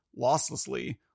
losslessly